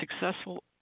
successful